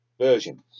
version